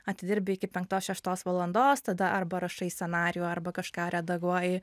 atidirbi iki penktos šeštos valandos tada arba rašai scenarijų arba kažką redaguoji